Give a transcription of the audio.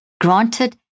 granted